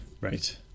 right